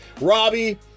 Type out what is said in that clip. Robbie